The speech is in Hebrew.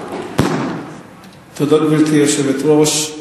גברתי היושבת-ראש,